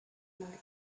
mark